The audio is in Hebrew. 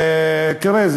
תראה,